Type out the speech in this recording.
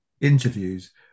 interviews